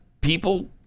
people